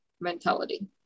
mentality